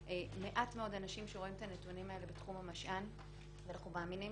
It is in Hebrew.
מעט מאוד אנשים רואים את הנתונים האלה בתחום המשא"ן ואנחנו מאמינים